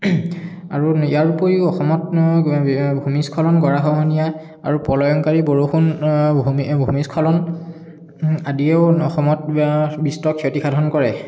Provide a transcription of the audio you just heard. আৰু ইয়াৰ উপৰিও অসমতনো ভুমিস্খলন গৰাখহনীয়া আৰু প্ৰালয়ংকাৰী বৰষুণ ভুমিস্খলন আদিও অসমত বিস্তৰ ক্ষতিসাধন কৰে